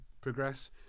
progress